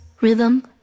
rhythm